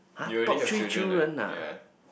you really have children right yea